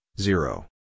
zero